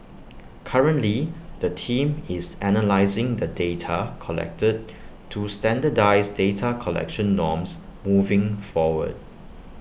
currently the team is analysing the data collected to standardise data collection norms moving forward